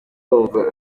wumva